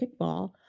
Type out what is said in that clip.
kickball